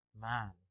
man